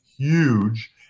Huge